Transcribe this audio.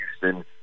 Houston